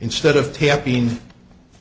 instead of tapping